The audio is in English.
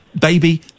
Baby